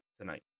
tonight